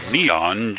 Neon